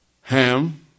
Ham